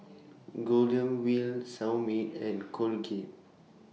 Golden Wheel Seoul Mit and Colugate